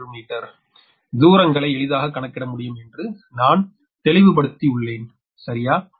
1 metre தூரங்களை எளிதாக கணக்கிட முடியும் என்று நான் தெளிவுபடுத்தி உள்ளான் சரியா